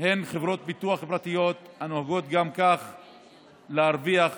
הן חברות ביטוח פרטיות, הנוהגות גם כך להרוויח